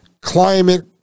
climate